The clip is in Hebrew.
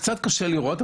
קצת קשה לראות,